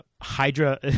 Hydra